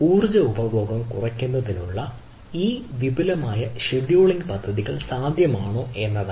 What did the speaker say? ഊർജ്ജ ഉപഭോഗം കുറയ്ക്കുന്നതിനുള്ള ഈ വിപുലമായ ഷെഡ്യൂളിംഗ് പദ്ധതികൾ സാധ്യമാണോ എന്നതാണ്